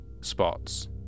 spots